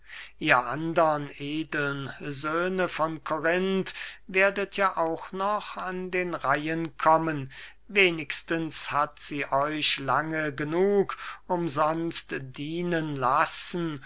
ihr andern edeln söhne von korinth werdet ja auch noch an den reihen kommen wenigstens hat sie euch lange genug umsonst dienen lassen